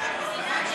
תפקיד בליכוד.